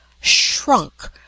shrunk